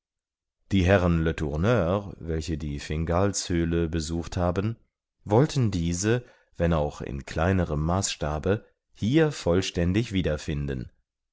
die herren letourneur welche die fingalshöhle besucht haben wollen diese wenn auch in kleinerem maßstabe hier vollständig